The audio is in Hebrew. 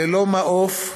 ללא מעוף,